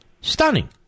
Stunning